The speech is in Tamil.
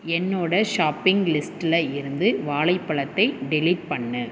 என்னோடய ஷாப்பிங் லிஸ்ட்டில் இருந்து வாழை பழத்தை டெலீட் பண்ணு